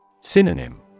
Synonym